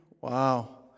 Wow